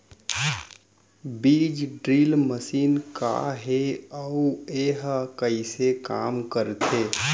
बीज drill machine का हे अऊ एहा कइसे काम करथे?